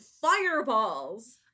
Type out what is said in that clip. fireballs